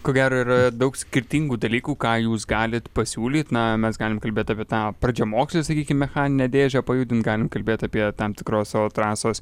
ko gero yra daug skirtingų dalykų ką jūs galit pasiūlyt na mes galim kalbėt apie tą pradžiamokslį sakykim mechaninę dėžę pajudint galim kalbėt apie tam tikros savo trasos